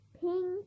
pink